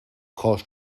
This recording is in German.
kannst